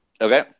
Okay